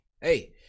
Hey